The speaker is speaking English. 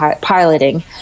piloting